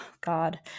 god